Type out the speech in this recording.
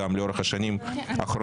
גם לאורך השנים האחרונות,